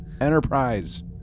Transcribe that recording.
Enterprise